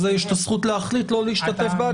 הזכות להחליט לא להשתתף בהצבעה.